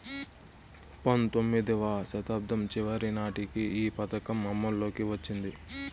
పంతొమ్మిదివ శతాబ్దం చివరి నాటికి ఈ పథకం అమల్లోకి వచ్చింది